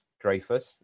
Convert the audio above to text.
Dreyfus